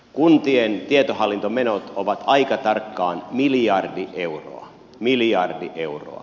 kuntien tietohallintomenot ovat aika tarkkaan miljardi euroa miljardi euroa